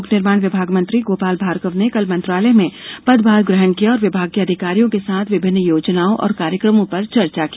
लोक निर्माण विभाग मंत्री गोपाल भार्गव ने कल मंत्रालय में पदभार ग्रहण किया और विभाग के अधिकारियों के साथ विभिन्न योजनाओं और कार्यक्रमों पर चर्चा की